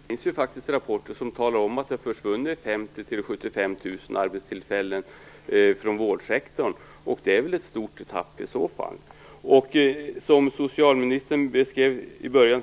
Fru talman! Det finns ju faktiskt rapporter som talar om att det har försvunnit 50 000-75 000 arbetstillfällen från vårdsektorn. Det är väl en stor avtappning? Socialministern berättade om